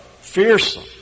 fearsome